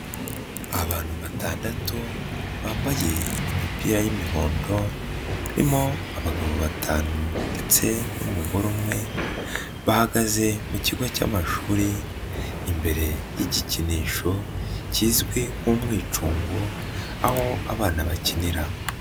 Abantu batandatu bambaye imipira y'imihondo barimo abagabo batanu ndetse n'umugore umwe bahagaze mu kigo cy'amashuri imbere y'igikinisho kizwi nk'umwicungo aho abana bakinira.